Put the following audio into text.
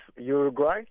Uruguay